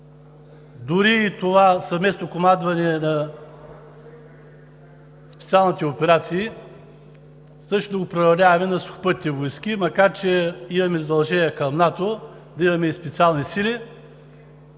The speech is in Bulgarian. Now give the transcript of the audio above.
дори и съвместното командване на специалните операции приравняваме на Сухопътните войски, макар че имаме задължения към НАТО да имаме и специални сили,